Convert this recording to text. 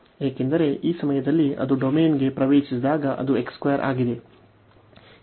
ಏಕೆಂದರೆ ಈ ಸಮಯದಲ್ಲಿ ಅದು ಡೊಮೇನ್ಗೆ ಪ್ರವೇಶಿಸಿದಾಗ ಅದು x 2 ಆಗಿದೆ